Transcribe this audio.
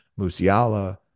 Musiala